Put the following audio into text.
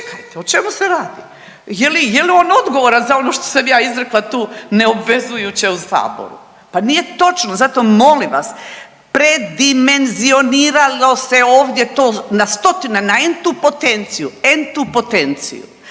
o čemu se radi? Je li on odgovoran za ono što sam ja izrekla tu neobvezujuće u saboru? Pa nije točno, zato molim vas predimenzioniralo se ovdje to na stotine, na entu potenciju, entu potenciju.